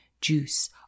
juice